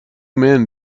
men